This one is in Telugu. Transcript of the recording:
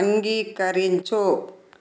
అంగీకరించు